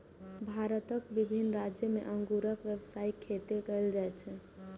भारतक विभिन्न राज्य मे अंगूरक व्यावसायिक खेती कैल जाइ छै